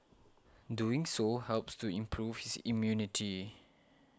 doing so helps to improve his immunity